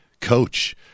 coach